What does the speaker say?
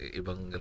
ibang